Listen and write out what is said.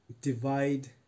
divide